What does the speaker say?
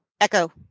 Echo